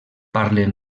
parlen